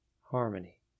harmony